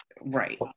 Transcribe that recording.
Right